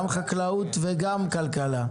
גם החקלאות וגם הכלכלה,